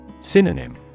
Synonym